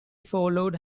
followed